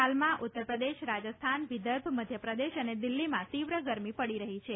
હાલમાં ઉત્તરપ્રદેશ રાજસ્થાન વિદર્ભ મધ્યપ્રદેશ અને દિલ્હીમાં તીવ્ર ગરમી પડી રહી છે